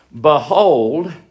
Behold